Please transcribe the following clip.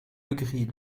legris